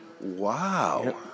Wow